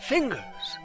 Fingers